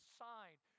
signed